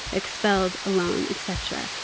expelled, alone, et cetera,